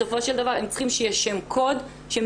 בסופו של דבר הם צריכים שיהיה שם קוד שמייד